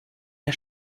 der